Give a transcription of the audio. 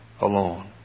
alone